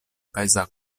peza